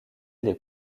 les